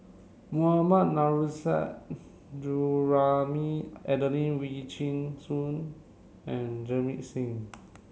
Mohammad Nurrasyid Juraimi Adelene Wee Chin Suan and Jamit Singh